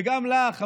וגם לך,